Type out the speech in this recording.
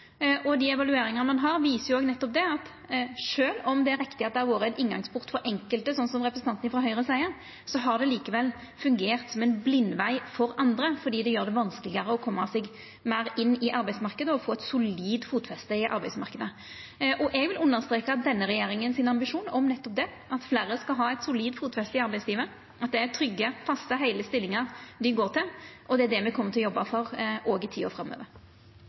Dei evalueringane ein har, viser òg at sjølv om det er riktig at det har vore ein inngangsport for enkelte, slik som representanten frå Høgre seier, har det likevel fungert som ein blindveg for andre, fordi det gjer det vanskelegare å koma seg meir inn i arbeidsmarknaden og få eit solid fotfeste der. Eg vil understreka denne regjeringa sin ambisjon om nettopp det at fleire skal ha eit solid fotfeste i arbeidslivet, og at det er trygge, faste og heile stillingar dei går til. Det er det me kjem til å jobba for òg i tida framover.